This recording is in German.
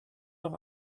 auch